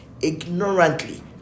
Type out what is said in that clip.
ignorantly